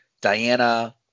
Diana